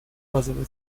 базовые